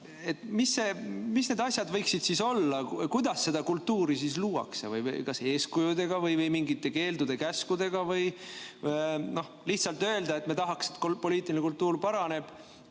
Mis need asjad võiksid olla, kuidas seda kultuuri luuakse – kas eeskujudega või mingite keeldude-käskudega või? Noh, lihtsalt öelda, et me tahaks, et poliitiline kultuur paraneb,